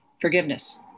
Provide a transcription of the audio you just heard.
forgiveness